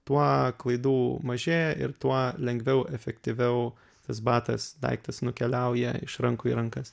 tuo klaidų mažėja ir tuo lengviau efektyviau tas batas daiktas nukeliauja iš rankų į rankas